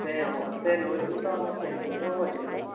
আছে অঁ আছে নৈখনৰপৰা অলপ হেৰি সুবিধাও হয় যেনিবা